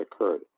occurred